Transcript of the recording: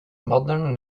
modern